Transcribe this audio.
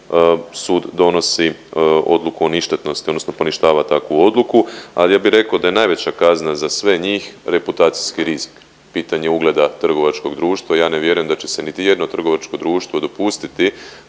sud donosi odluku o ništetnosti, odnosno poništava takvu odluku. Ali ja bih rekao da je najveća kazna za sve njih reputacijski rizik, pitanje ugleda trgovačkog društva. Ja ne vjerujem da će se niti jedno trgovačko društvo dopustiti